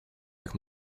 jak